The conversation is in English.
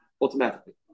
automatically